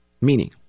meaning